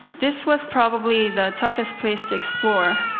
this was probably the toughest place to explore.